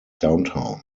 downtown